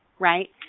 Right